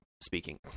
speaking